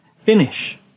finish